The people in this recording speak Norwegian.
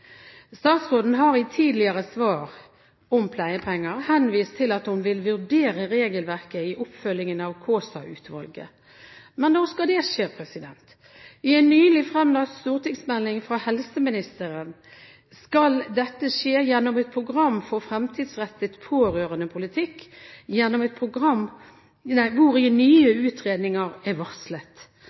Statsråden har i tidligere svar om pleiepenger henvist til at hun vil vurdere regelverket i oppfølgingen av Kaasa-utvalget. Men når skal det skje? Ifølge en nylig fremlagt stortingsmelding fra helseministeren skal dette skje gjennom et program for fremtidsrettet pårørendepolitikk, hvor nye utredninger er varslet. Dette er nå også bekreftet av helseministeren i